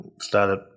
started